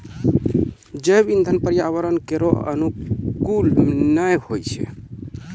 जैव इंधन पर्यावरण केरो अनुकूल नै होय छै